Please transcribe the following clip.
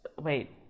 wait